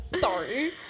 sorry